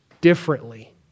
differently